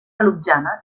ljubljana